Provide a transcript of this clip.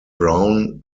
brown